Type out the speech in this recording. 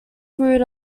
grew